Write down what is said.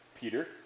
Peter